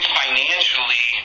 financially